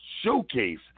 Showcase